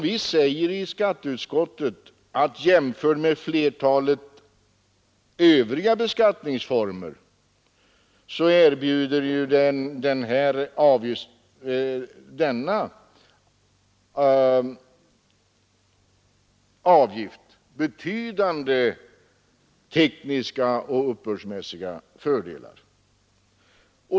Vi säger i skatteutskottet att jämförd med flertalet övriga beskattningsformer erbjuder denna avgift betydande tekniska och uppbördsmässiga fördelar.